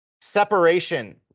Separation